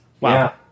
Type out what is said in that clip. Wow